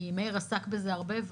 כי מאיר עסק בזה הרבה,